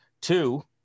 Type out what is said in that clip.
Two